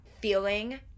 feeling